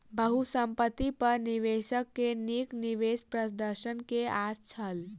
बहुसंपत्ति पर निवेशक के नीक निवेश प्रदर्शन के आस छल